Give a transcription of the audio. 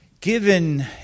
Given